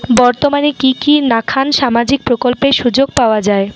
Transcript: বর্তমানে কি কি নাখান সামাজিক প্রকল্পের সুযোগ পাওয়া যায়?